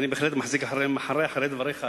אני בהחלט מחרה מחזיק אחריך,